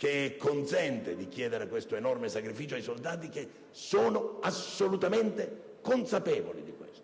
da consentire di chiedere questo enorme sacrificio ai soldati, che sono assolutamente consapevoli di ciò: